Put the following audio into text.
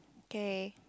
K